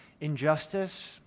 Injustice